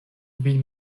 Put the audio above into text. vin